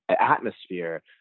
atmosphere